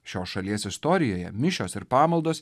šios šalies istorijoje mišios ir pamaldos